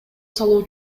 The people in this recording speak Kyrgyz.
салуу